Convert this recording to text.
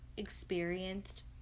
experienced